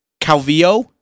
Calvillo